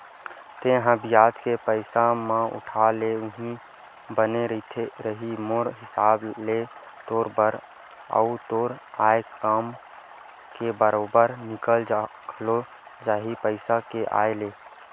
तेंहा बियाज म पइसा उठा ले उहीं बने रइही मोर हिसाब ले तोर बर, अउ तोर आय काम ह बरोबर निकल घलो जाही पइसा के आय ले